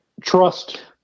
trust